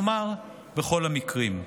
כלומר בכל המקרים.